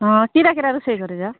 ହଁ କ'ଣ କ'ଣ ରୋଷେଇ କରିଛ